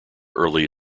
early